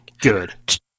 good